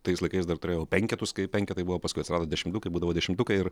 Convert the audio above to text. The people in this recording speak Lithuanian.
tais laikais dar turėjau penketus kai penketai buvo paskui atsirado dešimtukai būdavo dešimtukai ir